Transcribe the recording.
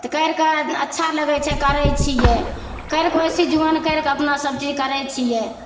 तऽ करि कऽ अच्छा लगैत छै करैत छियै करि कऽ ओहिसे जुआन करि कऽ अपना सब चीज करैत छियै